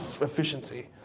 Efficiency